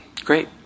Great